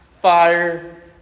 fire